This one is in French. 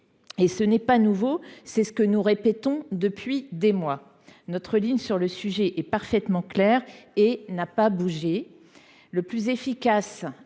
n’est pas nouvelle, c’est ce que nous répétons depuis des mois. Notre ligne sur le sujet est parfaitement claire et n’a pas bougé : le plus efficace